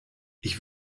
ich